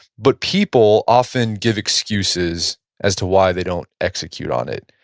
but people often give excuses as to why they don't execute on it.